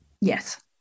yes